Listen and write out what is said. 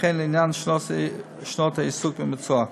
וכן לעניין שנות העיסוק במקצוע.